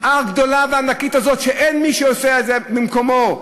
הגדולה והענקית הזאת שאין מי שעושה אותה במקומו.